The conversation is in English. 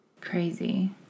Crazy